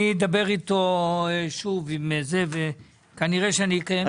אני אדבר איתו שוב, וכנראה שאני אקיים דיון כאן.